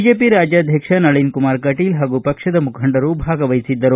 BJP ರಾಜ್ಯಾಧ್ವಕ್ಷ ನಳೀನಕುಮಾರ ಕಟೀಲ್ ಹಾಗೂ ಪಕ್ಷದ ಮುಖಂಡರು ಭಾಗವಹಿಸಿದ್ದರು